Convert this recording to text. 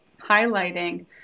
highlighting